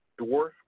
dwarf